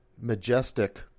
majestic